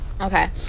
okay